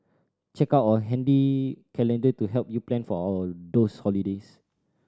check out our handy calendar to help you plan for those holidays